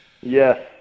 Yes